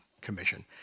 commission